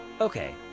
Okay